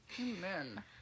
Amen